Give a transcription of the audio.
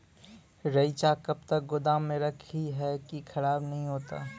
रईचा कब तक गोदाम मे रखी है की खराब नहीं होता?